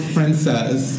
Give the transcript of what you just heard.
Princess